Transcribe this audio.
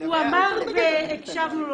הוא אמר והקשבנו לו,